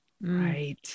Right